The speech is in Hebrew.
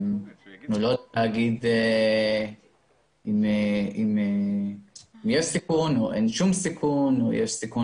אני לא יכול לומר אם יש סיכון או אין סיכון או יש סיכון